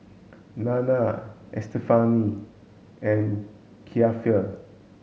Nanna Estefany and Kiefer